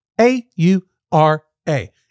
A-U-R-A